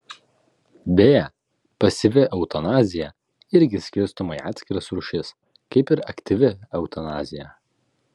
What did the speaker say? beje pasyvi eutanazija irgi skirstoma į atskiras rūšis kaip ir aktyvi eutanazija